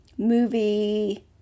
movie